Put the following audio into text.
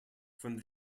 from